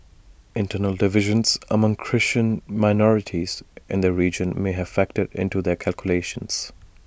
internal divisions among Christian minorities in the region may have factored into their calculations